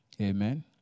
Amen